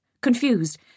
Confused